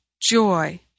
joy